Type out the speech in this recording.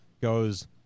goes